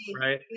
right